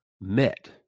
met